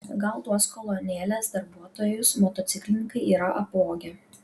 gal tuos kolonėlės darbuotojus motociklininkai yra apvogę